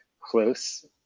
close